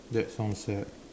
that sounds sad